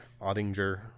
Odinger